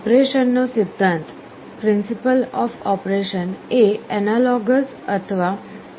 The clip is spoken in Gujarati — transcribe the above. ઓપરેશન નો સિદ્ધાંત એ એનાલોગસ અથવા બાઈનરી સર્ચ ને સમાન છે